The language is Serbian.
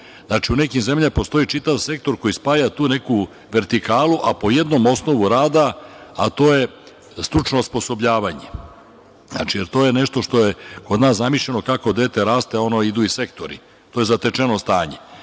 u nekim zemljama postoji čitav sektor koji spaja tu neku vertikalu a po jednom osnovu rada, a to je stručno osposobljavanje. To je nešto što je kod nas zamišljeno kako dete raste ono idu i sektori. To je zatečeno stanje.